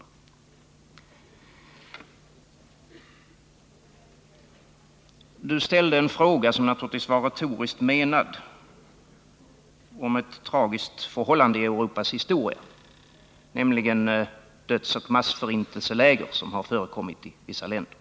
Daniel Tarschys ställde en fråga som naturligtvis var retoriskt menad och 55 som gällde ett tragiskt förhållande i Europas historia, nämligen dödsoch massförintelseläger som har förekommit i vissa länder.